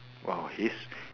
!wow! his